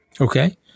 okay